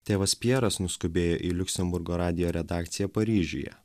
tėvas pjeras nuskubėjo į liuksemburgo radijo redakciją paryžiuje